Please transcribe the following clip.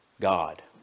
God